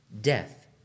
death